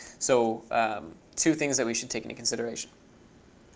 so two things that we should take into consideration.